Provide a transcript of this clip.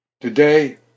Today